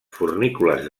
fornícules